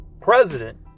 president